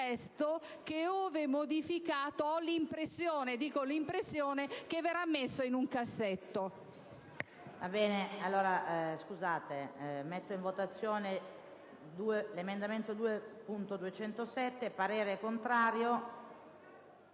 che, ove modificato, ho l'impressione verrebbe messo in un cassetto.